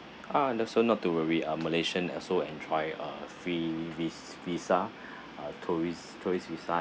ah also not to worry uh malaysian also and try uh free vis~ visa uh tourist tourist visa